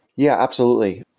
yeah, absolutely.